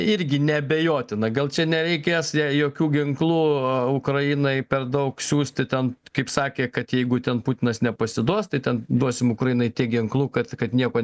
irgi neabejotina gal čia nereikės jei jokių ginklų ukrainai per daug siųsti ten kaip sakė kad jeigu ten putinas nepasiduos tai ten duosim ukrainai tiek ginklų kad kad nieko